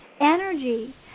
energy